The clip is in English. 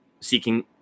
seeking